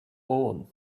born